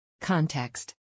Context